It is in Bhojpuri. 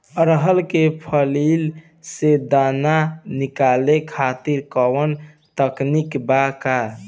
अरहर के फली से दाना निकाले खातिर कवन तकनीक बा का?